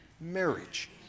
marriage